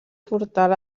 portal